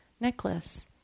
necklace